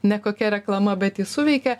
nekokia reklama bet ji suveikia